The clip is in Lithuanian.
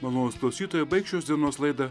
malonūs klausytojai baigs šios dienos laidą